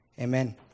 amen